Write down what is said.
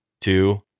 two